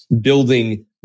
building